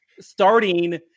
starting